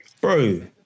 Bro